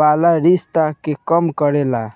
वाला रिस्क के कम करेला